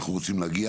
אנחנו רוצים להגיע